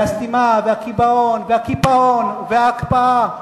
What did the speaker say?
והסתימה והקיבעון והקיפאון וההקפאה,